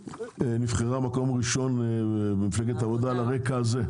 שנבחרה במקום הראשון במפלגת העבודה על הרגע הזה.